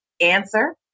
answer